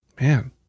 Man